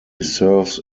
serves